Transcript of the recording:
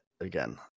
Again